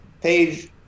page